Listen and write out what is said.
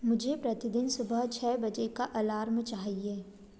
मुझे प्रतिदिन सुबह छ बजे का अलार्म चाहिए